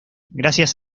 gracias